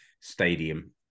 Stadium